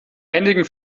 einigen